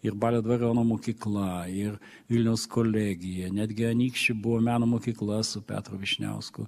ir balio dvariono mokykla ir vilniaus kolegija netgi anykščių buvo meno mokykla su petru vyšniausku